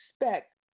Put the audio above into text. expect